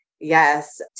Yes